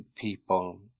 people